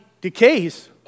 decays